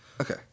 Okay